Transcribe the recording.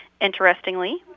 Interestingly